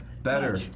Better